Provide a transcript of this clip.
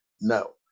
No